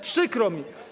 Przykro mi.